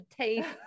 taste